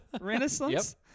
Renaissance